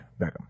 Beckham